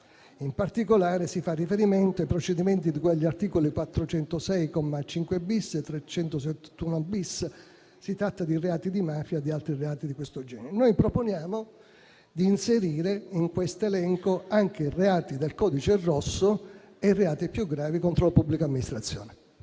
In particolare, si fa riferimento ai procedimenti di cui agli articoli 406, comma 5-*bis*, e 371-*bis*; si tratta di reati di mafia e di altri reati di questo genere. Noi proponiamo di inserire in questo elenco anche i reati del codice rosso e i reati più gravi contro la pubblica amministrazione.